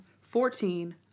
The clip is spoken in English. Fourteen